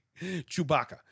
Chewbacca